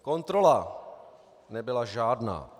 Kontrola nebyla žádná.